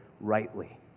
rightly